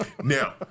Now